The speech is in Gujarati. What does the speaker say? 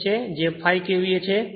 6 છે જે 5 KVA છે